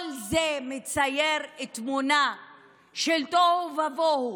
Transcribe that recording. כל זה מצייר תמונה של תוהו ובוהו,